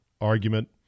argument